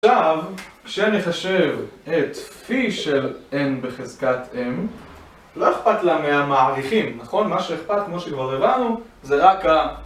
עכשיו, כשנחשב את פי של n בחזקת m, לא אכפת לה מהמעריכים, נכון? מה שאכפת, כמו שכבר הבנו, זה רק ה...